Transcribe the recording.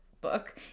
book